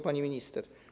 Pani Minister!